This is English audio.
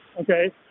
Okay